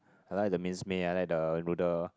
I like the minced meat I like the noodle